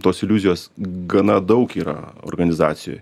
tos iliuzijos gana daug yra organizacijoj